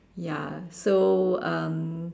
ya so um